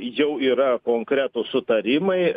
jau yra konkretūs sutarimai